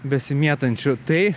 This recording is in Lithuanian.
besimėtančių tai